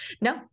no